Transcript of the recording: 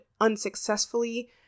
unsuccessfully